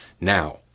Now